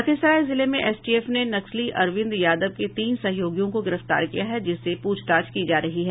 लखीसराय जिले में एसटीएफ ने नक्सली अरविंद यादव के तीन सहयोगियों को गिरफ्तार किया है जिससे पूछताछ की जा रही है